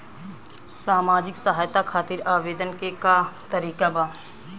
सामाजिक सहायता खातिर आवेदन के का तरीका बा?